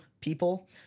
people